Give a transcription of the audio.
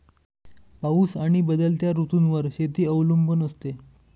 पाऊस आणि बदलत्या ऋतूंवर शेती अवलंबून असते